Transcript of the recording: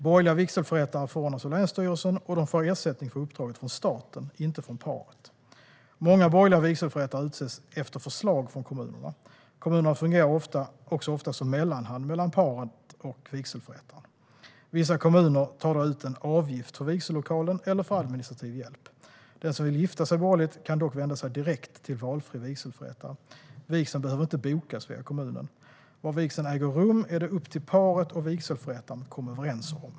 Borgerliga vigselförrättare förordnas av länsstyrelsen, och de får ersättning för uppdraget från staten, inte från paret. Många borgerliga vigselförrättare utses efter förslag från kommunerna. Kommunerna fungerar också ofta som mellanhand mellan paret och vigselförrättaren. Vissa kommuner tar då ut en avgift för vigsellokalen eller för administrativ hjälp. Den som vill gifta sig borgerligt kan dock vända sig direkt till valfri vigselförrättare. Vigseln behöver inte bokas via kommunen. Var vigseln äger rum är det upp till paret och vigselförrättaren att komma överens om.